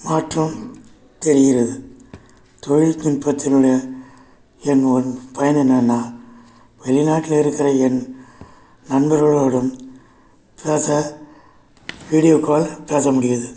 மாற்றம் தெரிகிறது தொழில்நுட்பத்தினுடைய என்னோடய பயன் என்னென்னா வெளிநாட்டில் இருக்கிற என் நண்பர்களோடும் பேச வீடியோ கால் பேச முடிகிறது